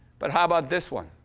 but how about this one?